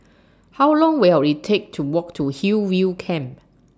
How Long Will IT Take to Walk to Hillview Camp